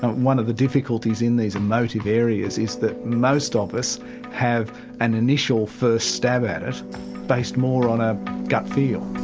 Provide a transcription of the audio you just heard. one of the difficulties in these emotive areas is that most of us have an initial first stab at it based more on a gut feel.